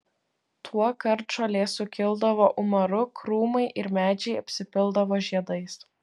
tuokart žolė sukildavo umaru krūmai ir medžiai apsipildavo žiedais